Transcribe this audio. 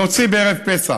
להוציא בערב פסח,